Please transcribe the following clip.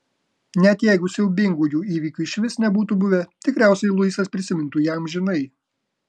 net jeigu siaubingųjų įvykių išvis nebūtų buvę tikriausiai luisas prisimintų ją amžinai